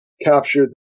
captured